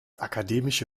akademische